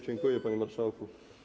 Dziękuję, panie marszałku.